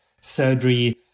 surgery